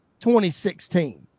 2016